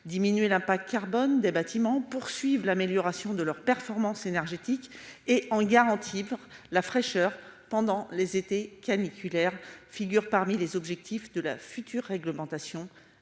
diminuer l'impact carbone des bâtiments poursuivent l'amélioration de leurs performances énergétiques et en garantir la fraîcheur pendant les étés caniculaires figurent parmi les objectifs de la future réglementation